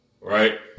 right